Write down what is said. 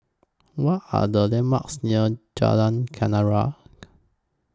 What Are The landmarks near Jalan Kenarah